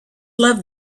love